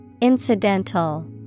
Incidental